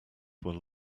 were